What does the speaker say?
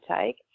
take